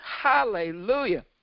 Hallelujah